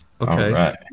Okay